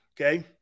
okay